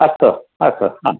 अस्तु अस्तु हा